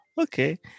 Okay